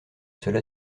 cela